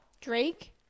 Drake